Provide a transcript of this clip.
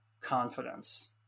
confidence